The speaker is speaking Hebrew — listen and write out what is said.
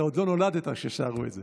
אתה עוד לא נולדת כששרו את זה.